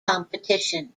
competition